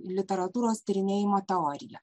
literatūros tyrinėjimo teorija